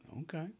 okay